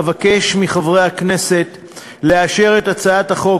אבקש מחברי הכנסת לאשר את הצעת החוק